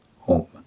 home